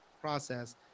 process